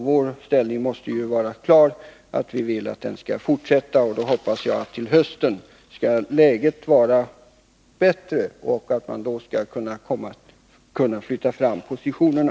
Vår inställning måste vara att den skall fortsätta. Jag hoppas att läget till hösten skall vara bättre och att man då skall kunna flytta fram positionerna.